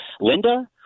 Linda